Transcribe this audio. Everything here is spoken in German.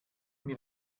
mir